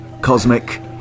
Cosmic